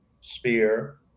spear